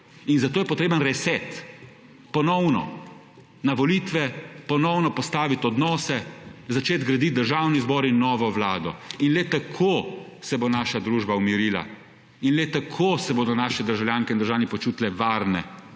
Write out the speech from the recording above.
In zato je potreben reset. Ponovno na volitve, ponovno postaviti odnose, začeti graditi Državni zbor in novo vlado. In le tako se bo naša družba umirila. In le tako se bodo naši državljanke in državljani počutili varne in